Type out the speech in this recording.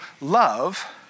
love